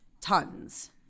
tons